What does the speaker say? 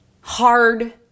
hard